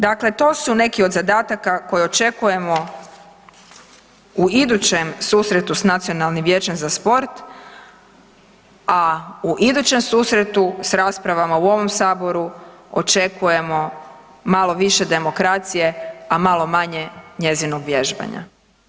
Dakle, to su neki od zadataka koje očekujemo u idućem susretu s Nacionalnim vijećem za sport, a u idućem susretu s raspravama u ovom saboru očekujemo malo više demokracije, a malo manje njezinog vježbanja.